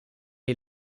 est